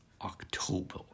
October